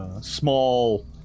small